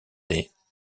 des